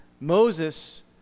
Moses